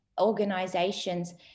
organizations